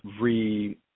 re